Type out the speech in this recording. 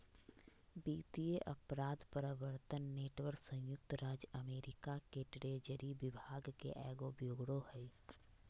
वित्तीय अपराध प्रवर्तन नेटवर्क संयुक्त राज्य अमेरिका के ट्रेजरी विभाग के एगो ब्यूरो हइ